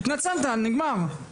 התנצלת, נגמר.